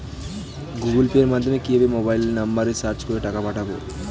Google পের মাধ্যমে কিভাবে মোবাইল নাম্বার সার্চ করে টাকা পাঠাবো?